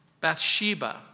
Bathsheba